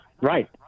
right